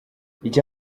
icya